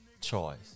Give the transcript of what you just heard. choice